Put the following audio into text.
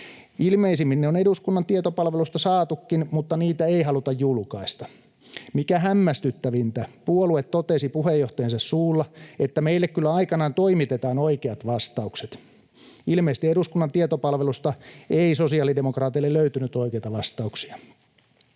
Ilmeisimmin ne on eduskunnan tietopalvelusta saatukin, mutta niitä ei haluta julkaista. Mikä hämmästyttävintä, puolue totesi puheenjohtajansa suulla, että meille kyllä aikanaan toimitetaan oikeat vastaukset. Ilmeisesti eduskunnan tietopalvelusta ei sosiaalidemokraateille löytynyt oikeita vastauksia.